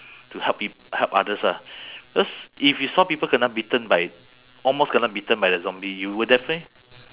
to help p~ help others ah because if you saw people kena bitten by almost kena bitten by the zombie you will definitely